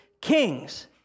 kings